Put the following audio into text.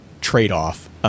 trade-off